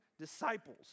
disciples